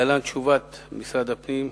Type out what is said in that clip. להלן תשובת משרד הפנים: